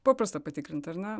paprasta patikrint ar ne